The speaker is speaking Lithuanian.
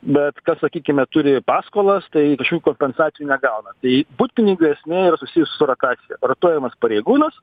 bet kas sakykime turi paskolas tai šių kompensacijų negauna tai butpiningių esmė yra susijus su rotacija rotuojamas pareigūnas